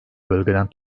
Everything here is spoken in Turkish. bölgeden